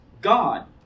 God